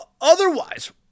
otherwise